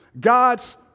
God's